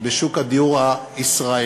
בשוק הדיור הישראלי.